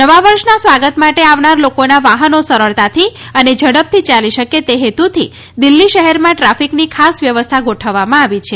નવા વર્ષના સ્વાગત માટે આવનાર લોકોના વાહનો સરળતાથી અને ઝડપથી ચાલી શકે તે હેતુથી દિલ્હી શહેરમાં ટ્રાફીકની ખાસ વ્યવસ્થા ગોઠવવામાં આવી છે